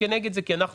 כמו שאנחנו